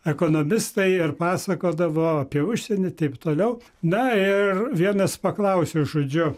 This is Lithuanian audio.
ekonomistai ir pasakodavo apie užsienį ir taip toliau na ir vienas paklausė žodžiu